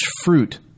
fruit